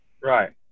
Right